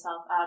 up